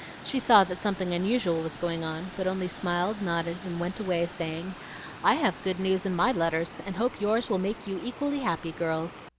she saw that something unusual was going on, but only smiled, nodded, and went away saying i have good news in my letters, and hope yours will make you equally happy, girls.